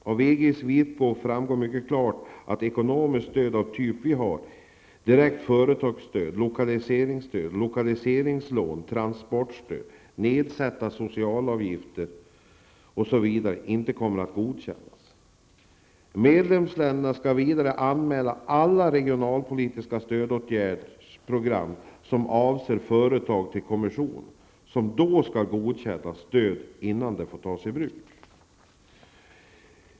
Av EGs vitbok framgår mycket klart att ekonomiskt stöd av det slag vi har -- direkt företagsstöd, lokaliseringsstöd, lokaliseringslån, transportstöd, nedsatta socialavgifter, osv. -- inte kommer att godkännas. Medlemsländerna skall vidare till kommissionen anmäla alla regionalpolitiska stödåtgärdsprogram som avser företag, och kommissionen skall då godkänna stöden innan de får tas i bruk.